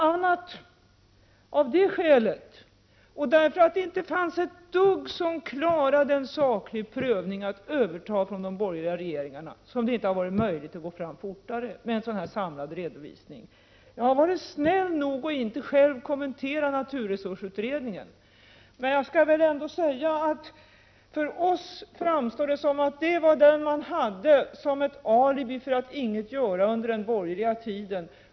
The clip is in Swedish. a. av det skälet — och därför att det inte fanns ett dugg att överta från de borgerliga regeringarna som klarade en saklig prövning — har det inte varit möjligt att gå fram fortare med en samlad redovisning. Jag har varit snäll nog att inte själv kommentera naturresursutredningen. Jag skall dock ändå säga att det för oss framstår som att den utredningen var vad man hade såsom ett alibi för att ingenting göra under den borgerliga tiden.